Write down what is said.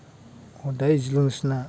हदाय एदिल' नोंसिना